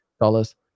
dollars